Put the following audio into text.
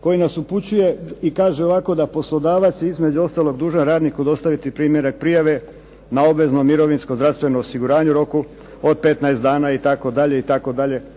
koji nas upućuje i kaže ovako, da poslodavac između ostalog dužan radniku dostaviti primjerak prijave na obvezno mirovinsko, zdravstveno osiguranje u roku od 15 dana, itd., itd.